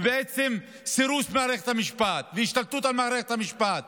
ובעצם בסירוס מערכת המשפט והשתלטות על מערכת המשפט.